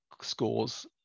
scores